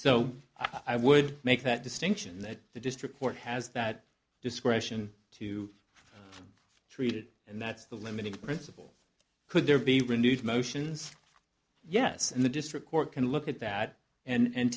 so i would make that distinction that the district court has that discretion to treat it and that's the limiting principle could there be renewed motions yes in the district court can look at that and